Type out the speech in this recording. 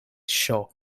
show